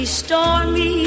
stormy